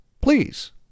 Please